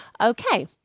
Okay